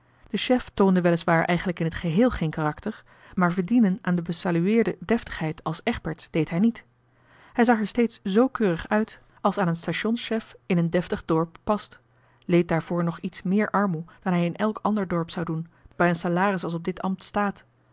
de chef toonde weliswaar eigenlijk in het geheel geen karakter maar verdienen aan de besalueerde deftigheid als egberts deed hij niet hij zag er steeds zoo keurig uit als aan een stationschef in een deftig dorp past leed daarvoor nog iets méér armoe dan hij toch al zou moeten doen bij een salaris als op dit ambt staat